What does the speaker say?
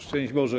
Szczęść Boże!